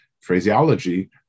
phraseology